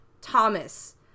Thomas